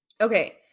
Okay